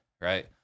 right